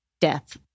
death